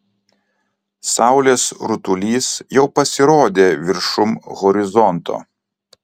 saulės rutulys jau pasirodė viršum horizonto